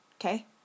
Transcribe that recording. okay